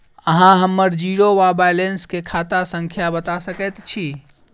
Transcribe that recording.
अहाँ हम्मर जीरो वा बैलेंस केँ खाता संख्या बता सकैत छी?